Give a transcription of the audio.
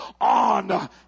on